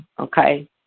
okay